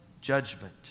judgment